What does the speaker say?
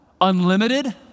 Unlimited